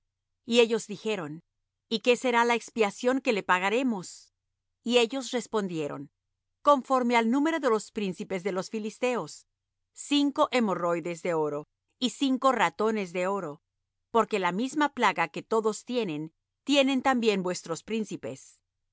y ellos dijeron y qué será la expiación que le pagaremos y ellos respondieron conforme al número de los príncipes de los filisteos cinco hermorroides de oro y cinco ratones de oro porque la misma plaga que todos tienen tienen también vuestros príncipes